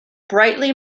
brightly